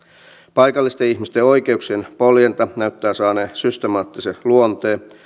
paikallisten ihmisten oikeuksien poljenta näyttää saaneen systemaattisen luonteen